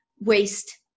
waste